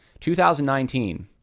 2019